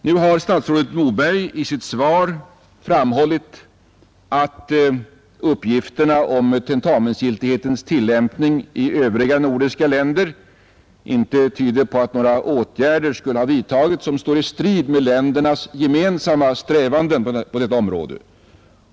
Nu har statsrådet Moberg i sitt svar framhållit att uppgifterna om tentamensgiltighetens tillämpning i övriga nordiska länder inte tyder på att några åtgärder skulle ha vidtagits som står i strid med ländernas gemensamma strävanden på detta område.